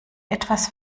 etwas